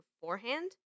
beforehand